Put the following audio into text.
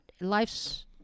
Life's